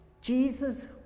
Jesus